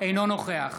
אינו נוכח